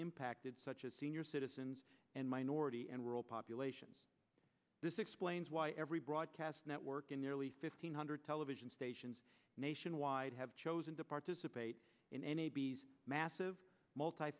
impacted such as senior citizens and minority and rural populations this explains why every broadcast network in nearly fifteen hundred television stations nationwide have chosen to participate in any massive multi